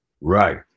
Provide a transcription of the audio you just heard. Right